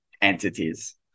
entities